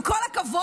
עם כל הכבוד,